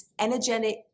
energetic